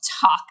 talk